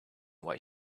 why